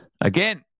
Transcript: again